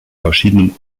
verschiedenen